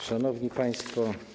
Szanowni Państwo!